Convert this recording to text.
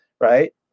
right